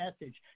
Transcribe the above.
message